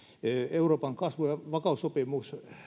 euroopan kasvu ja vakaussopimus